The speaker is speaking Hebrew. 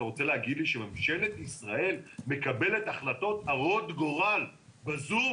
אתה רוצה להגיד לי שממשלת ישראל מקבלת החלטות הרות גורל ב-זום